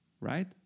right